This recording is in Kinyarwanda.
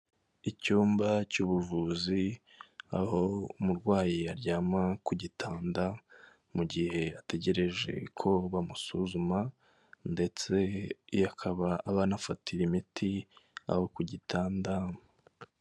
Icyumba cy'ubuvuzi aho umurwayi aryama ku gitanda mu gihe ategereje ko bamusuzuma ndetse akaba aba anafatira imiti aho ku gitanda.